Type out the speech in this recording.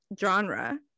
genre